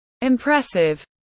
impressive